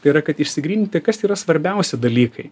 tai yra kad išsigryninti kas yra svarbiausi dalykai